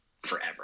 forever